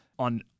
On